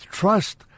trust